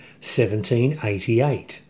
1788